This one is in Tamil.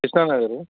கிருஷ்ணா நகர்